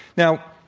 now,